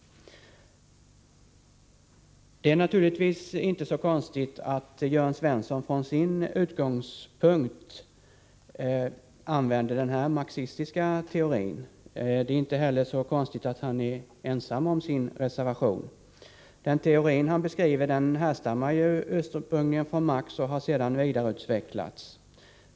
Det är naturligtvis inte så konstigt att Jörn Svensson från sin utgångspunkt använder den här marxistiska teorin. Det är inte heller så konstigt att Jörn Svensson är ensam om sin reservation. Den teori han beskriver härstammar ju ursprungligen från Marx och har sedan vidareutvecklats.